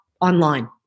online